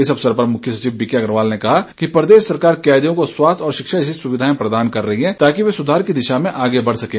इस अवसर पर मुख्य सचिव बीके अग्रवाल ने कहा कि प्रदेश सरकार कैदियों को स्वास्थ्य और शिक्षा जैसी सुविधाएं प्रदान कर रही है ताकि वे सुधार की दिशा में आगे बढ़ सकें